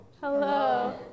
Hello